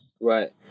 Right